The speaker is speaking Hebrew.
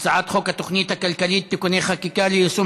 הצעת חוק התוכנית הכלכלית (תיקוני חקיקה ליישום